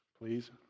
Please